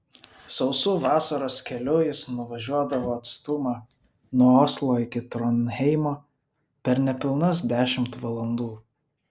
sausu vasaros keliu jis nuvažiuodavo atstumą nuo oslo iki tronheimo per nepilnas dešimt valandų